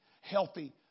healthy